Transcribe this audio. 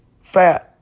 fat